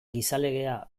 gizalegea